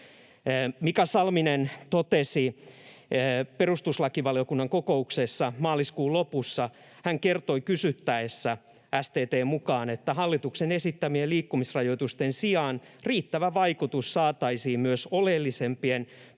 Mika Salminen totesi perustuslakivaliokunnan kokouksessa maaliskuun lopussa, STT:n mukaan hän kysyttäessä kertoi, että ”hallituksen esittämien liikkumisrajoitusten sijaan riittävä vaikutus saataisiin myös oleellisempien